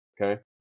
Okay